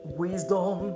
wisdom